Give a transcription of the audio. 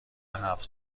هفت